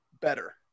better